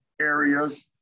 areas